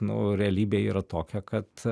nu realybė yra tokia kad